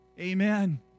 Amen